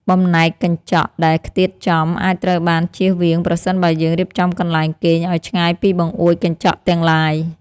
បំណែកកញ្ចក់ដែលខ្ទាតចំ អាចត្រូវបានជៀសវាងប្រសិនបើយើងរៀបចំកន្លែងគេងឱ្យឆ្ងាយពីបង្អួចកញ្ចក់ទាំងឡាយ។